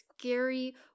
scary